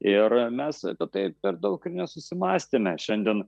ir mes apie tai per daug ir nesusimąstėme šiandien